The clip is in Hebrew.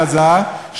אלעזר,